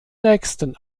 nächsten